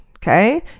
Okay